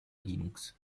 linux